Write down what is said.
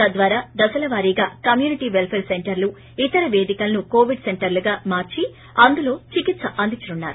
తర్వాత దశల వారీగా కమ్యూనిటీ పెల్సేర్ సెంటర్లు ఇతర పేదికలను కోవిడ్ సెంటర్లుగా మార్చి అందులో చికిత్స అందించనున్నారు